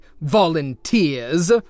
Volunteers